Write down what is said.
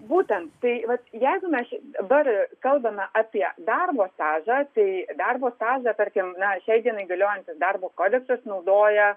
būtent tai vat jeigu mes dabar kalbame apie darbo stažą tai darbo stažą tarkim na šiai dienai galiojantis darbo kodeksas naudoja